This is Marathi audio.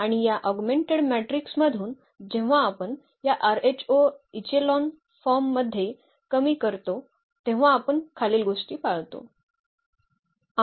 आणि या ऑगमेंटेड मॅट्रिक्स मधून जेव्हा आपण या आरएचओ इचेलॉन फॉर्म मध्ये कमी करतो तेव्हा आपण खालील गोष्टी पाळतो